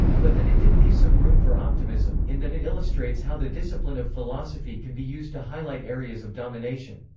but that it did leave some room for optimism, in that it illustrates how the discipline of philosophy can be used to highlight areas of domination.